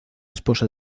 esposa